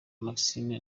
maxime